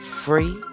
free